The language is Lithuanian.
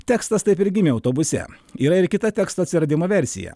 tekstas taip ir gimė autobuse yra ir kita teksto atsiradimo versija